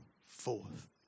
forth